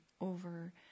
over